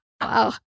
Wow